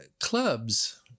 clubs